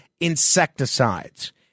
insecticides